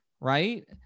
Right